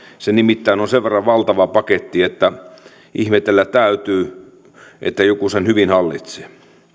se nimittäin on sen verran valtava paketti että ihmetellä täytyy että joku sen hyvin hallitsee